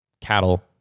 cattle